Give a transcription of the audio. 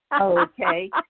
okay